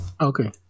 Okay